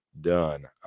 done